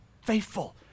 faithful